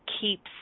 keeps